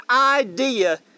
idea